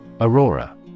Aurora